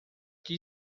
que